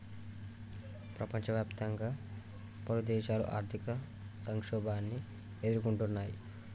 ప్రపంచవ్యాప్తంగా పలుదేశాలు ఆర్థిక సంక్షోభాన్ని ఎదుర్కొంటున్నయ్